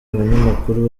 abanyamakuru